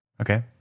Okay